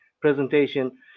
presentation